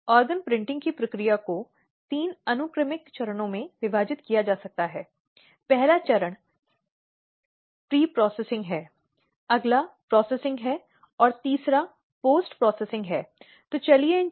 इसमें हिंसा के सभी अलग अलग रूप शामिल हैं और वह चोट के कारण या अन्य व्यक्ति के स्वास्थ्य और कल्याण के लिए खतरे में है